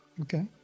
okay